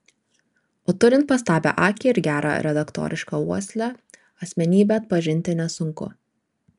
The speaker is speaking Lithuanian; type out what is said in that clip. o turint pastabią akį ir gerą redaktorišką uoslę asmenybę atpažinti nesunku